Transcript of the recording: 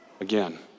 again